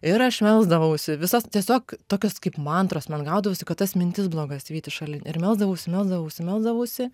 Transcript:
ir aš melsdavausi visas tiesiog tokios kaip mantros man gaudavosi kad tas mintis blogas vyti šalin ir melsdavausi melsdavausi melsdavausi